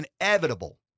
inevitable